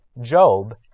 Job